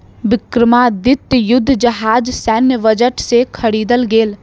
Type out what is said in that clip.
विक्रमादित्य युद्ध जहाज सैन्य बजट से ख़रीदल गेल